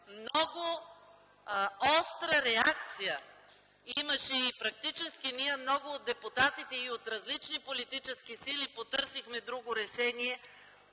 много остра реакция и практически много депутати от различни политически сили потърсихме друго решение